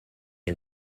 and